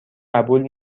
قبول